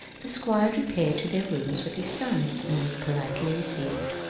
the squire re paired to their rooms with his son and was politely received.